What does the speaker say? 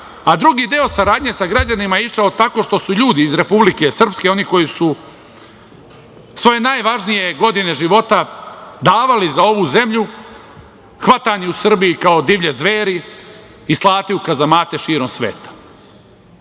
a drugi deo saradnje sa građanima je išao tako što su ljudi iz Republike Srpske, oni koji su svoje najvažnije godine života davali za ovu zemlju, hvatanju u Srbiji kao divlje zveri i slati u kazamate širom sveta.